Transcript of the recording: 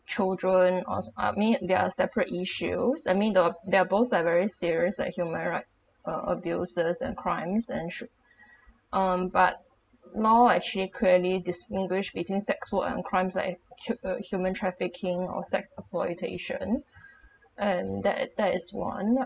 children or I mean they are separate issues I mean the they're both are very serious like human right uh abuses and crimes and should um but no actually clearly distinguish between sex work and crimes like a hu~ uh human trafficking or sex exploitation and that it that is one